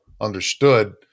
understood